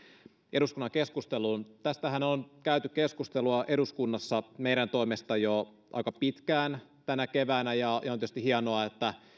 eduskunnan keskusteluun tästähän on käyty keskustelua eduskunnassa meidän toimestamme jo aika pitkään tänä keväänä ja ja on tietysti hienoa että